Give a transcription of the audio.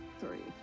three